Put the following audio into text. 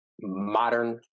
modern